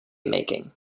making